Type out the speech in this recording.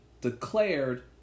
declared